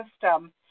system